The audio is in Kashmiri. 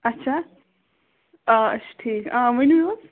اَچھا آ أسۍ چھِ ٹھیٖک آ ؤنِو حظ